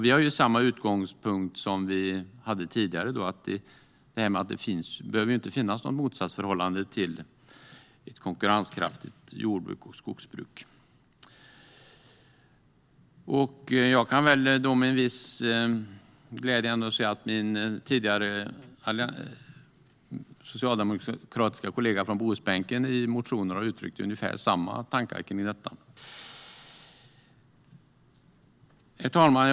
Vi har samma utgångspunkt som vi hade tidigare: Det behöver inte finnas något motsatsförhållande mellan detta och ett konkurrenskraftigt jordbruk och skogsbruk. Jag kan med en viss glädje säga att min tidigare socialdemokratiska kollega på Bohusbänken i motioner har uttryckt ungefär samma tankar kring detta. Herr talman!